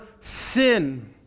sin